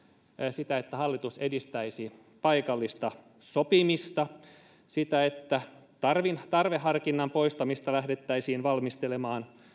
sitä että hallitus edistäisi paikallista sopimista sitä että tarveharkinnan poistamista lähdettäisiin valmistelemaan